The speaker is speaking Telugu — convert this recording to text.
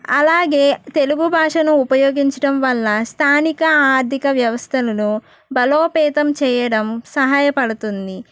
అలాగే తెలుగు భాషను ఉపయోగించడం వల్ల స్థానిక ఆర్థిక వ్యవస్థలలో బలోపేతం చేయడం సహాయపడుతుంది